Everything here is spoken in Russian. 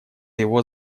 его